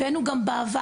הבאנו גם בעבר.